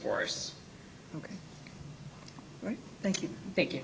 force ok thank you thank you